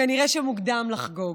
כנראה שמוקדם לחגוג.